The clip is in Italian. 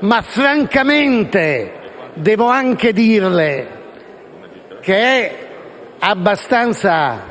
ma, francamente, devo anche dirle che essa è abbastanza